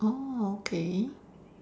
orh okay